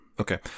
Okay